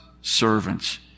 servants